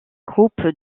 groupe